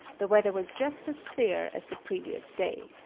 the weather was just as clear as the previous day.